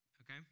Okay